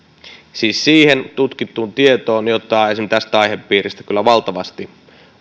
siis siihen tutkittuun tietoon jota esimerkiksi tästä aihepiiristä kyllä valtavasti